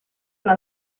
una